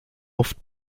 oft